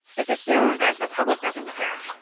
it's assumed that the public doesn't care.